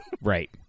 Right